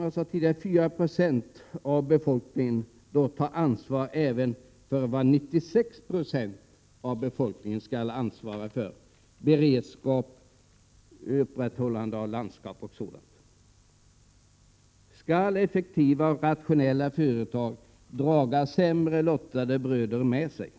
jag sade tidigare: Skall 4 96 av befolkningen ta ansvar för vad även övriga 96 90 av befolkningen borde ansvara för: beredskap, upprätthållande av landskap m. m:? Skall effektiva och rationella företag dra sämre lottade bröder med sig?